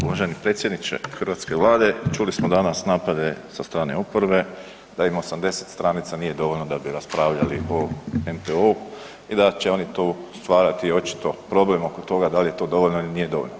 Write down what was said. Uvaženi predsjedniče hrvatske Vlade, čuli smo danas napade sa strane oporbe da im 80 stranica nije dovoljno da bi raspravljati o NPOO-u i da će oni tu stvarati očito problem oko toga da li je to dovoljno ili nije dovoljno.